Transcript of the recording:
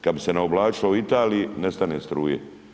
Kad bi se naoblačilo u Italiji, nestane struje.